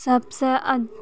सबसँ